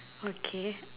okay